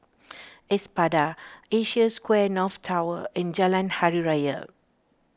Espada Asia Square North Tower and Jalan Hari Raya